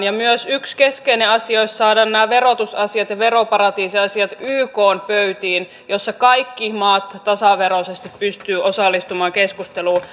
ja myös yksi keskeinen asia olisi saada nämä verotusasiat ja veroparatiisiasiat ykn pöytiin joissa kaikki maat tasaveroisesti pystyvät osallistumaan keskusteluun